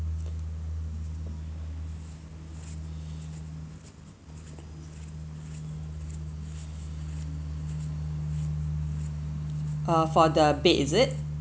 uh for the bed is it